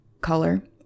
color